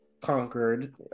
conquered